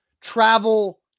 travel